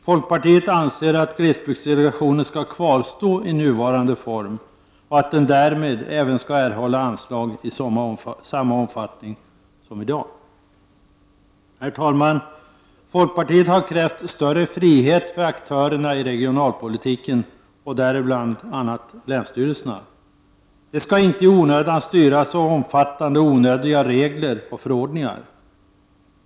Folkpartiet anser att glesbygdsdelegationen skall kvarstå i nuvarande form och att den även skall erhålla anslag i samma omfattning som i dag. Herr talman! Folkpartiet har krävt större frihet för aktörerna i regionalpolitiken, bl.a. för länsstyrelserna. De skall inte i onödan styras av omfattande och onödiga regler och förordningar.